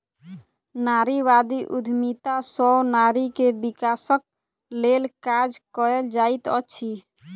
नारीवादी उद्यमिता सॅ नारी के विकासक लेल काज कएल जाइत अछि